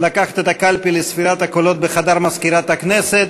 לקחת את הקלפי לספירת הקולות בחדר מזכירת הכנסת.